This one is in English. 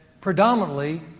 predominantly